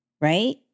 right